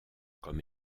comme